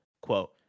quote